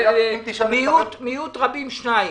מיעוט רבים שניים.